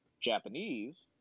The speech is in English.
Japanese